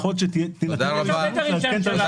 אני